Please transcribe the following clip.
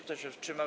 Kto się wstrzymał?